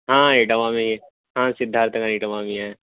ہاں اٹاوا میں ہی ہیں ہاں سدھارتھ نگر اٹاوا میں ہی ہیں